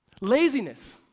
Laziness